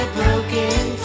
broken